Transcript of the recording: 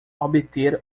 obter